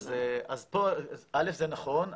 זה נכון.